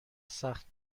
سخت